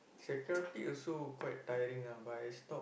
security also quite tiring ah but I stop